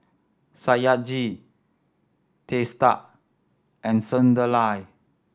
Satyajit Teesta and Sunderlal